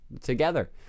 together